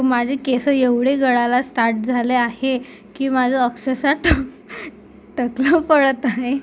माझे केस एवढे गळायला स्टार्ट झाले आहे की माझं अक्षरश ट टक्कल पडत आहे